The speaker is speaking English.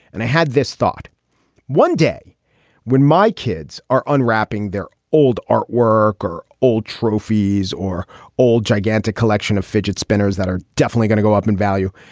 and i had this thought one day when my kids are unwrapping their old artwork or old trophy's or old gigantic collection of fidget spinners that are definitely gonna go up in value,